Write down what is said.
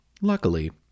Luckily